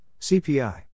CPI